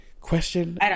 Question